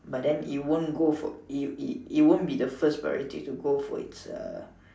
but then it won't go for it it it won't be the first priority to go for it's uh